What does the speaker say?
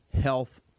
health